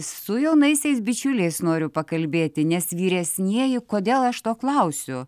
su jaunaisiais bičiuliais noriu pakalbėti nes vyresnieji kodėl aš to klausiu